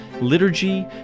liturgy